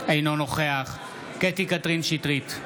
אינו נוכח קטי קטרין שטרית,